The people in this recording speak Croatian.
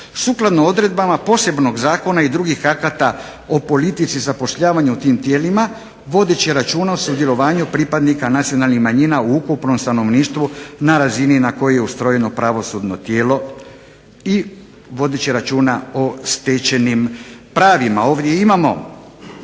sukladno odredbama posebnog zakona i drugih akata o politici zapošljavanja u tim tijelima vodeći računa o sudjelovanju pripadnika nacionalnih manjina u ukupnom stanovništvu na razini na kojoj je ustrojeno pravosudno tijelo i vodeći računa o stečenim pravima. Ovdje imamo